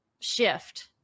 shift